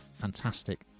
fantastic